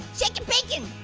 shake and bacon?